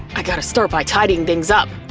i gotta start by tidying things up.